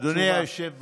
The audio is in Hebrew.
אדוני היושב בראש,